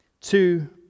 Two